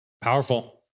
powerful